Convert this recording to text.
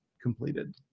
Completed